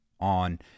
on